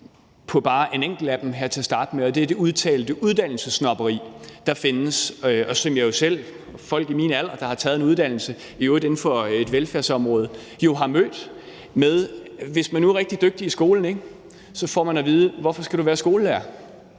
på bare en enkelt ting her til at starte med, og det er i forhold til det udtalte uddannelsessnobberi, der findes, og som jeg selv og folk i min alder, der har taget en uddannelse, i øvrigt inden for et velfærdsområde, jo har mødt. Hvis man nu er rigtig dygtig i skolen, får man at vide: Hvorfor skal du være skolelærer,